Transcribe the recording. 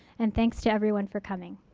and thanks to everyone for coming.